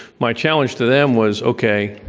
my challenge to them was, okay,